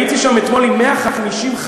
הייתי שם אתמול עם 150 חיילות.